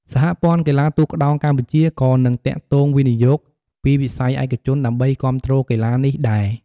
សហព័ន្ធកីឡាទូកក្ដោងកម្ពុជាក៏នឹងទាក់ទាញវិនិយោគពីវិស័យឯកជនដើម្បីគាំទ្រកីឡានេះដែរ។